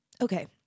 Okay